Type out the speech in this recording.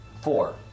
Four